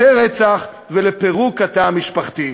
יותר רצח ולפירוק התא המשפחתי.